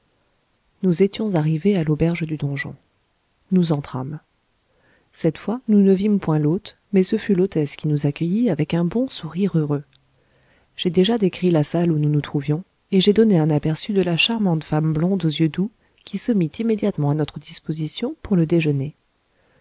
nous étions arrivés à l'auberge du donjon nous entrâmes cette fois nous ne vîmes point l'hôte mais ce fut l'hôtesse qui nous accueillit avec un bon sourire heureux j'ai déjà décrit la salle où nous nous trouvions et j'ai donné un aperçu de la charmante femme blonde aux yeux doux qui se mit immédiatement à notre disposition pour le déjeuner